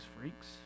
freaks